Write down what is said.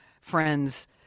friends